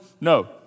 no